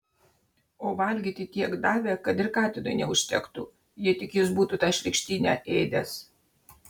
o valgyti tiek davė kad ir katinui neužtektų jei tik jis būtų tą šlykštynę ėdęs